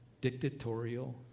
dictatorial